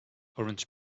orange